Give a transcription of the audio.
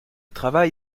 travail